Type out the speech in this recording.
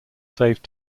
save